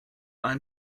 ein